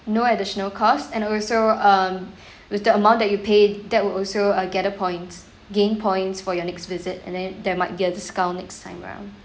no additional cost and also um with the amount that you paid that will also uh gather points gain points for your next visit and then there might get discount next time around